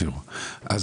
אחראי.